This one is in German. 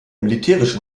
militärische